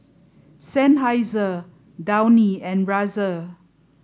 Seinheiser Downy and Razer